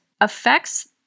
affects